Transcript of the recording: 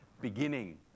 beginning